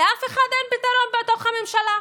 לאף אחד אין פתרון בתוך הממשלה,